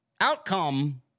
outcome